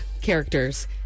characters